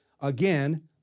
again